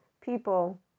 People